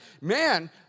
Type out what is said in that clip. man